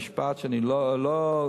אי-אפשר עכשיו לתקן ולהגיד: הכול,